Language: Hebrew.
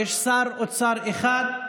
יש שר אוצר אחד,